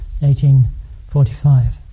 1845